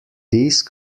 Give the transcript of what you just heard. these